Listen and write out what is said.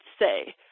say